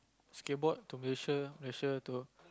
skateboard to Malaysia Malaysia to